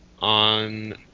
on